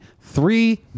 Three